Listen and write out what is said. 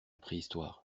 préhistoire